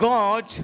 God